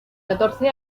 catorce